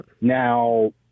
Now